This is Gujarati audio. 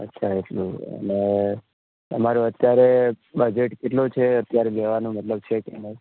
અચ્છા એટલે અને તમારું અત્યારે બજેટ કેટલું છે અત્યારે દેવાનું મતલબ છે કે નહીં